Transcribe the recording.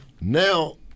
Now